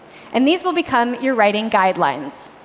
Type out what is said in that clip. and these will become your writing guidelines.